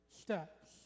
steps